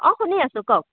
অ শুনি আছোঁ কওক